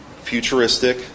futuristic